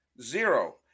zero